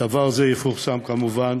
דבר זה יפורסם, כמובן,